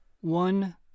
one